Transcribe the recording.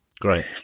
Great